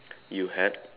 you had